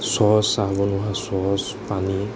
sauce চাহ বনোৱা চচ পানী